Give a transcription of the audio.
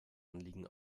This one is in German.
anliegen